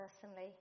personally